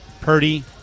Purdy